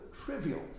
trivial